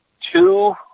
two